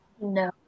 No